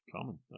common